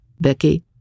Becky